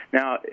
Now